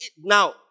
now